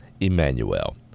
Emmanuel